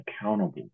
accountable